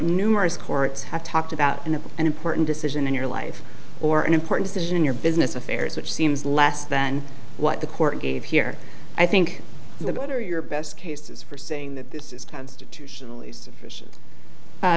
numerous courts have talked about in a big and important decision in your life or an important decision in your business affairs which seems less than what the court gave here i think the better your best case is for saying that this is